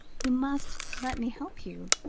you must let me help you,